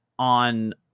On